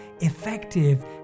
effective